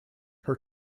her